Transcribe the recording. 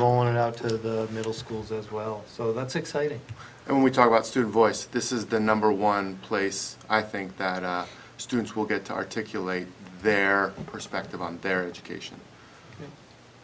it out to middle schools as well so that's exciting and we talk about student voice this is the number one place i think that students will get to articulate their perspective on their education